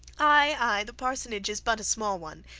aye, aye, the parsonage is but a small one,